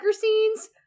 scenes